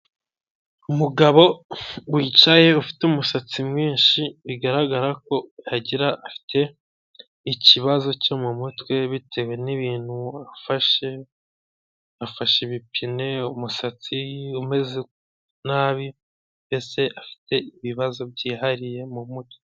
Umugabo wicaye ufite umusatsi mwinshi bigaragara ko agira afite ikibazo cyo mu mutwe bitewe n'ibintu yafashe, afashe ibipine umusatsi umeze nabi mbese afite ibibazo byihariye mu mutwe.